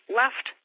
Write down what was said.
left